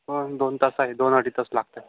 हं दोन तास आहे दोन अडी तास लागतंय